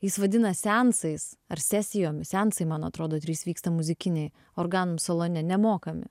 jis vadina seansais ar sesijomis seansai man atrodo trys vyksta muzikiniai organum salone nemokami